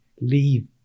leave